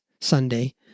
Sunday